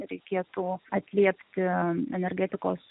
reikėtų atliepti energetikos